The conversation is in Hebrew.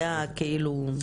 זה כאילו?